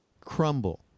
crumble